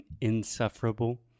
insufferable